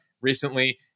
recently